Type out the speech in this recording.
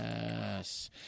Yes